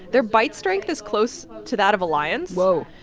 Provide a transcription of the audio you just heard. their bite strength is close to that of a lion's whoa